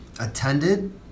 attended